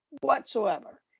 whatsoever